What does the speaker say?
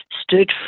stood